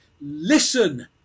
listen